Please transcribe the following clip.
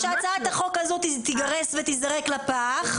שהצעת החוק תיגרס ותיזרק לפח.